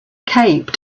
cape